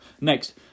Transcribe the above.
Next